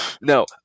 No